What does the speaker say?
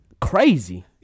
crazy